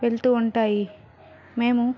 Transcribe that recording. వెళ్తూ ఉంటాయి మేము